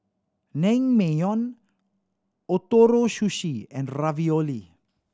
Naengmyeon Ootoro Sushi and Ravioli